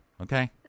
Okay